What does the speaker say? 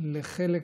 לחלק